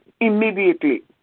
immediately